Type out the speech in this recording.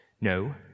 No